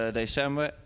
december